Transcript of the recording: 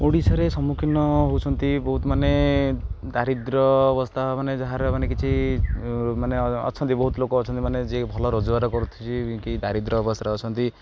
ଓଡ଼ିଶାରେ ସମ୍ମୁଖୀନ ହେଉଛନ୍ତି ବହୁତ ମାନେ ଦାରିଦ୍ର୍ୟ ଅବସ୍ଥା ମାନେ ଯାହାର ମାନେ କିଛି ମାନେ ଅଛନ୍ତି ବହୁତ ଲୋକ ଅଛନ୍ତି ମାନେ ଯିଏ ଭଲ ରୋଜଗାର କରୁଛି ଦାରିଦ୍ର୍ୟ ଅବସ୍ଥାରେ ଅଛନ୍ତି